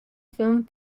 film